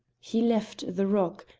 he left the rock,